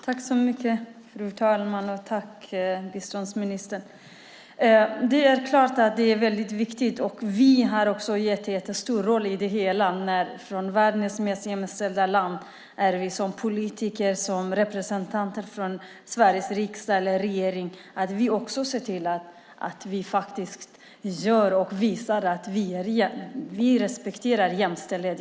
Fru talman! Tack för det, biståndsministern! Det är klart att det är väldigt viktigt. Vi har också en viktig roll i det hela från världens mest jämställda land som politiker eller representanter från Sveriges riksdag eller regering. Vi måste också se till att vi visar att vi respekterar jämställdhet.